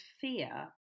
fear